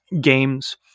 games